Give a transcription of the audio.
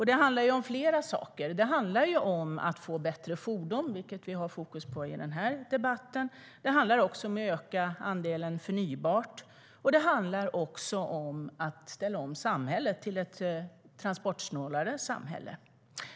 Det handlar om flera saker, till exempel att få bättre fordon, vilket vi har fokus på i denna debatt. Det handlar också om att öka andelen förnybart och om att ställa om samhället till ett transportsnålare samhälle.